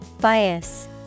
Bias